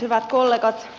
hyvät kollegat